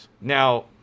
now